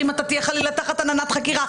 אם תהיה חלילה תחת עננת חקירה,